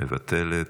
מוותרת,